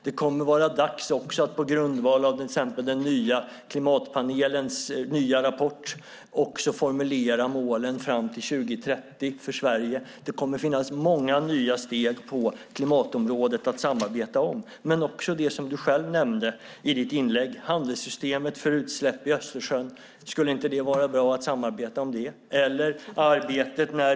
Det kommer också att vara dags att på grundval av till exempel klimatpanelens nya rapport formulera målen för Sverige fram till 2030. Det kommer att finnas många nya steg på klimatområdet att samarbeta om, också det du själv nämnde i din replik, Åsa Romson - skulle det inte vara bra att samarbeta om handelssystemet för utsläpp i Östersjön?